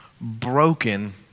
broken